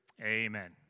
Amen